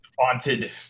haunted